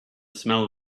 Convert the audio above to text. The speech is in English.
smell